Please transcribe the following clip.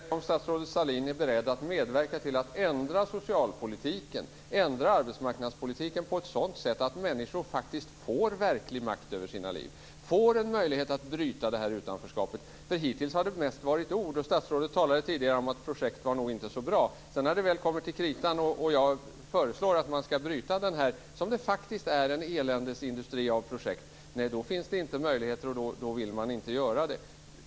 Fru talman! Vad jag frågar är om statsrådet Sahlin är beredd att medverka till att ändra socialpolitiken och arbetsmarknadspolitiken på ett sådant sätt att människor faktiskt får verklig makt över sina liv, får en möjlighet att bryta utanförskapet. Hittills har det mest varit ord. Statsrådet talade tidigare om att projekten nog inte var så bra. Men när det väl kommer till kritan och jag föreslår att man ska bryta den här, som det faktiskt är, eländesindustrin av projekt, då finns det inte möjligheter och då vill man inte göra det.